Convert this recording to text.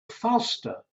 faster